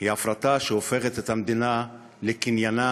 היא הפרטה שהופכת את המדינה לקניינם